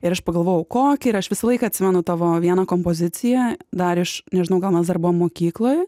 ir aš pagalvojau kokį ir aš visą laiką atsimenu tavo vieną kompoziciją dar iš nežinau gal mes dar buvom mokykloj